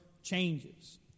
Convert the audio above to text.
changes